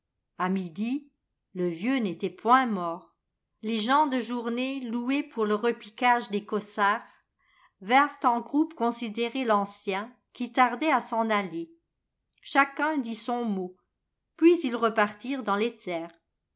a midi le vieux n'était point mort les gens de journée loués pour le repiquage des cossards vmrent en groupe considérer l'ancien qui tardait à s'en aller chacun dit son mot puis ils repartirent dans les terres